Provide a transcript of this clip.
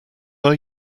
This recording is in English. are